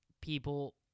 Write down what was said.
people